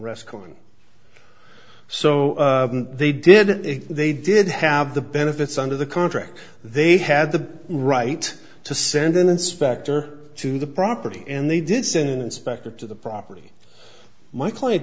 reskilling so they did it they did have the benefits under the contract they had the right to send an inspector to the property and they did send inspectors to the property my client